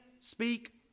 speak